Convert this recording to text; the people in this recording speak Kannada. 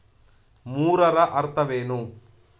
ಮೂರರ ಅರ್ಥವೇನು?